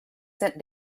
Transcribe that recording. sent